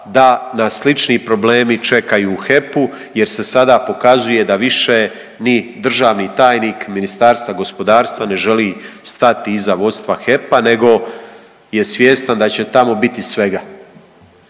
da nas slični problemi čekaju u HEP-u jer se sada pokazuje da više ni državni tajnik Ministarstva gospodarstva ne želi stati iza vodstva HEP-a nego je svjestan da će tamo biti svega.